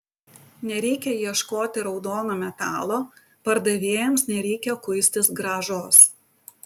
nereikia ieškoti raudono metalo pardavėjams nereikia kuistis grąžos